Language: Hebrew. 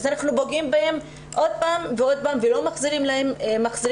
ואנחנו פוגעים בהן עוד פעם ועוד פעם ולא מחזירים אותן